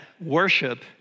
worship